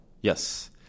Yes